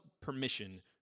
permission